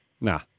Nah